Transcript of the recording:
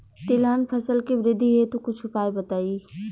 तिलहन फसल के वृद्धि हेतु कुछ उपाय बताई?